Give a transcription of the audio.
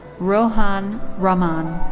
rohan raman.